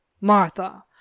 Martha